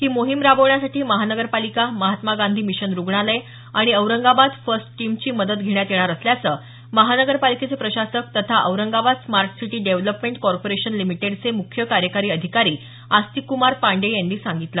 ही मोहीम राबवण्यासाठी महापालिका महात्मा गांधी मिशन रुग्णालय आणि औरंगाबाद फर्स्ट टीमची मदत घेण्यात येणार असल्याचं महापालिकेचे प्रशासक तथा Aurangabad smart city development corporation लिमिटेडचे मुख्य कार्यकारी अधिकारी अस्तिककमार पांडेय यांनी सांगितलं